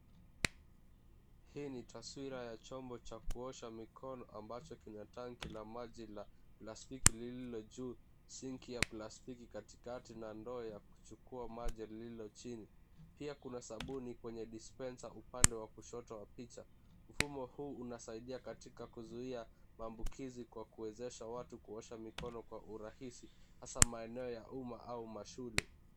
Hii ni taswira ya chombo cha kuosha mikono ambacho kina tanki la maji la plastiki lililo juu, sinki ya plastiki katikati na ndoo ya kuchukua maji lililo chini. Pia kuna sabuni kwenye dispenser upande wa kushoto wa picha. Mfumo huu unasaidia katika kuzuia maambukizi kwa kuwezesha watu kuosha mikono kwa urahisi hasa maeneo ya umma au mashule.